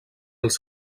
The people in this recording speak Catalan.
als